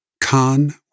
Khan